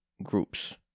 groups